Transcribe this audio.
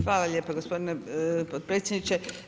Hvala lijepo gospodine potpredsjedniče.